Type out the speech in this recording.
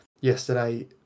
yesterday